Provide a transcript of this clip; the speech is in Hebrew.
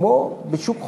כמו בשוק חופשי.